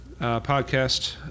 Podcast